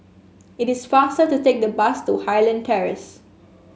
it is faster to take the bus to Highland Terrace